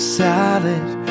salad